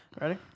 Ready